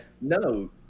No